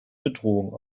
bedrohung